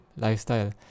lifestyle